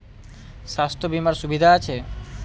স্বাস্থ্য বিমার সুবিধা আছে?